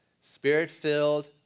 Spirit-filled